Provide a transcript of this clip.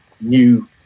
new